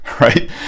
Right